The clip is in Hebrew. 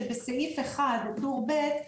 שבסעיף 1 טור ב,